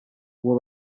uwo